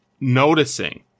noticing